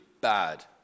bad